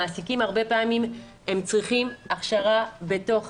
המעסיקים הרבה פעמים צריכים הכשרה בתוך